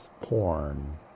Porn